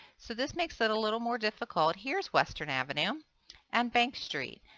so this makes it a little more difficult. here is western avenue and bank street.